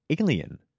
Alien